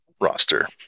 roster